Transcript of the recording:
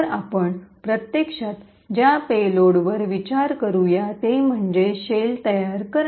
तर आपण प्रत्यक्षात ज्या पेलोडवर विचार करूया ते म्हणजे शेल तयार करणे